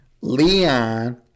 Leon